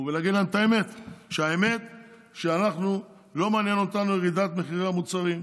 ולהגיד להם את האמת: לא מעניין אותנו ירידת מחירי המוצרים,